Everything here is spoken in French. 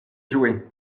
jouer